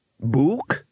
Book